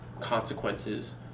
consequences